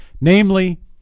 Namely